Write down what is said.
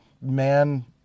man